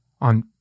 on